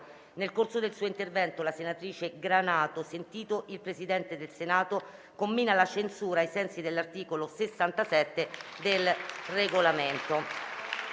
nel corso del suo intervento la senatrice Granato, sentito il Presidente del Senato, commina la censura, ai sensi dell'articolo 67 del Regolamento.